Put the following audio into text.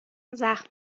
زخم